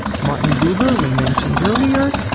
martin buber we mentioned earlier,